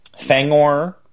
Fangor